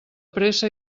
pressa